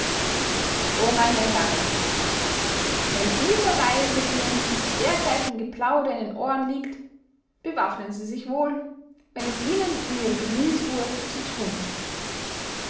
o meine herren wenn dieser weise ihnen mit dergleichen geplauder in den ohren liegt bewaffnen sie sich wohl wenn es ihnen um ihre gemüthsruhe zu thun ist